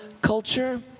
culture